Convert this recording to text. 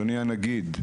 אדוני הנגיד,